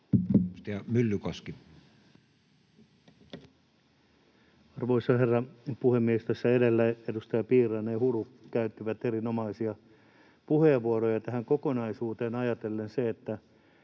Myllykoski. Arvoisa herra puhemies! Tässä edellä edustajat Piirainen ja Huru käyttivät erinomaisia puheenvuoroja. Tätä kokonaisuutta ajatellen se, mitä